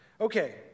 Okay